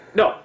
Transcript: no